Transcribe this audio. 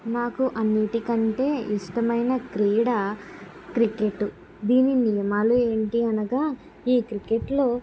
నాకు అన్నిటికంటే ఇష్టమైన క్రీడా క్రికెట్టు దీనిని మాలో ఏంటి అనగా ఈ క్రికెట్లో